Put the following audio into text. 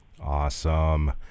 Awesome